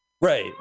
Right